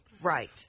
Right